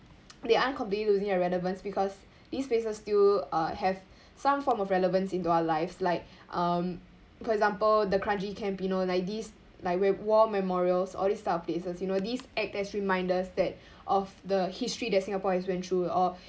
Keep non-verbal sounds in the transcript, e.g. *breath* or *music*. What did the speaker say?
they aren't completely losing the relevance because these places still uh have some form of relevance into our lives like um for example the kranji camp you know like this like we~ war memorials all these types of places you know these act as reminder that *breath* of the history that singapore has went through or